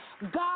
God